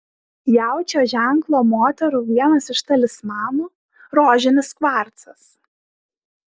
jaučio ženklo moterų vienas iš talismanų rožinis kvarcas